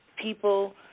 People